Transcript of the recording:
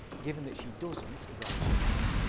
given that she doesn't is our assumption